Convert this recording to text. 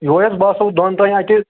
یِہوے حظ بہٕ آسو دۄن تانۍ اَتہِ